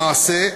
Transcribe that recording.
למעשה,